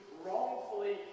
wrongfully